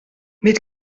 mit